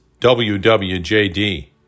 WWJD